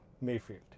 Mayfield